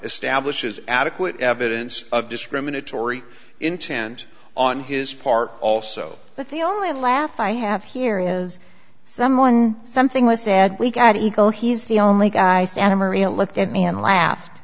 establishes adequate evidence of discriminatory intent on his part also but the only laugh i have here is someone something was said we got eagle he's the only guy santa maria looked at me and laughed